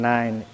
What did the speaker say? Nine